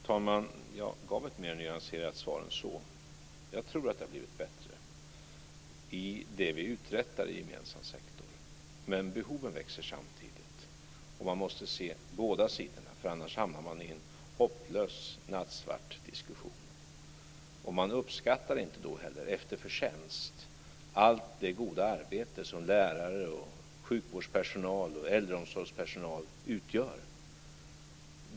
Fru talman! Jag gav ett mer nyanserat svar än så. Jag tror att det har blivit bättre när det gäller det som vi uträttar i en gemensam sektor. Men samtidigt växer behoven. Man måste se båda sidor. Annars hamnar man i en hopplös och nattsvart diskussion. Man uppskattar då inte heller, efter förtjänst, allt det goda arbete som lärare, sjukvårdspersonal och äldreomsorgspersonal utför.